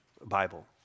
Bible